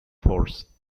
force